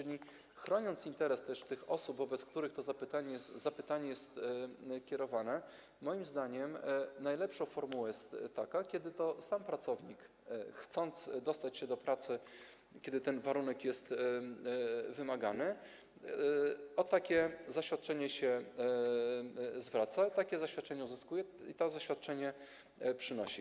A więc chroniąc interes też tych osób, do których to zapytanie jest kierowane, moim zdaniem najlepsza formuła jest taka, kiedy to sam pracownik, chcąc dostać się do pracy, kiedy ten warunek jest wymagany, o takie zaświadczenie się zwraca, takie zaświadczenie uzyskuje i to zaświadczenie przynosi.